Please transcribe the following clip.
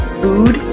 food